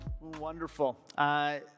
Wonderful